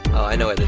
i know